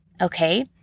Okay